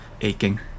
aching